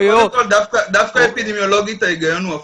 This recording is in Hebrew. קודם כול, דווקא באפידמיולוגית, ההיגיון הוא הפוך.